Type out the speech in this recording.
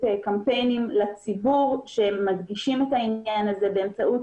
קמפיינים לציבור שמדגישים את העניין הזה באמצעות